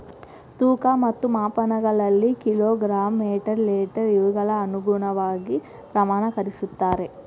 ತೂಕ ಮತ್ತು ಮಾಪನಗಳಲ್ಲಿ ಕಿಲೋ ಗ್ರಾಮ್ ಮೇಟರ್ ಲೇಟರ್ ಇವುಗಳ ಅನುಗುಣವಾಗಿ ಪ್ರಮಾಣಕರಿಸುತ್ತಾರೆ